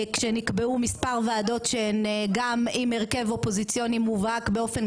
כשנקבעו מספר ועדות שהן גם עם הרכב אופוזיציוני מובהק באופן